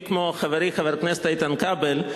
מי כמו חברי חבר הכנסת איתן כבל,